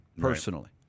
personally